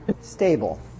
stable